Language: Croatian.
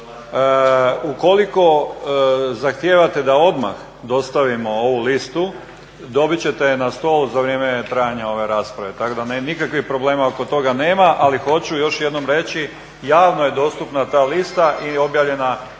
Ukoliko zahtijevate da odmah dostavimo ovu listu, dobit ćete je na stol za vrijeme trajanja ove rasprave tako da nikakvih problema oko toga nema, ali hoću još jednom reći javno je dostupna ta lista i objavljena